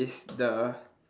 is the